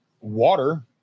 water